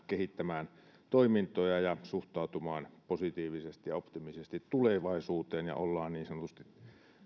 kehittämään toimintoja ja suhtautumaan positiivisesti ja optimistisesti tulevaisuuteen ja ollaan niin sanotusti